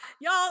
Y'all